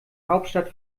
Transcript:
hauptstadt